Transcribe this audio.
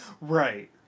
Right